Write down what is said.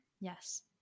Yes